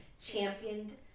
championed